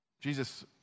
Jesus